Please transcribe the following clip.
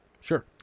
Sure